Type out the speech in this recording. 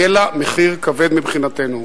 יהיה לה מחיר כבד מבחינתנו,